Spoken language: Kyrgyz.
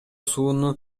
сууну